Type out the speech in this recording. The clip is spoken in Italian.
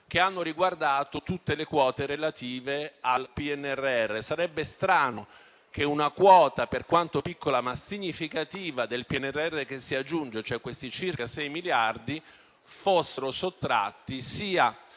che hanno riguardato tutte le quote relative al PNRR. Sarebbe strano che una quota, per quanto piccola, ma significativa, del PNRR che si aggiunge, ossia circa 6 miliardi, fosse sottratta sia